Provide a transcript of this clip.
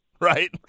right